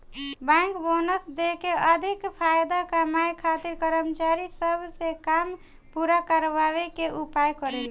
bank bonus देके अधिका फायदा कमाए खातिर कर्मचारी सब से काम पूरा करावे के उपाय करेले